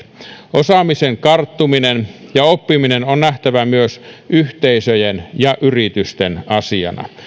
osaamisen karttuminen ja oppiminen on nähtävä myös yhteisöjen ja yritysten asiana